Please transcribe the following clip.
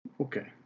Okay